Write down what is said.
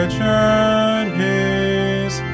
journey's